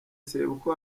sebukwe